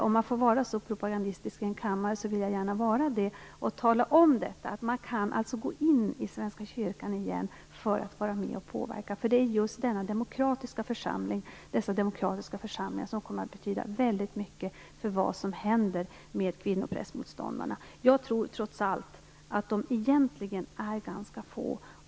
Om man får vara så propagandistisk i en kammare, vill jag gärna vara det och tala om att man alltså kan gå med i Svenska kyrkan igen för att vara med och påverka, för det är just dessa demokratiska församlingar som kommer att betyda väldigt mycket för vad som händer med kvinnoprästmotståndarna. Jag tror trots allt att de egentligen är ganska få.